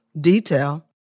detail